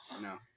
no